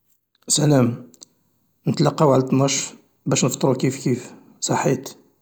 سلام نتلاقاو على التناش باش نفطرو كيف كيف.